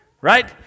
Right